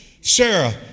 Sarah